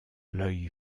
l’œil